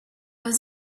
was